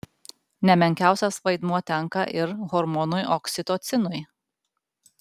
ne menkiausias vaidmuo tenka ir hormonui oksitocinui